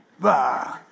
Bah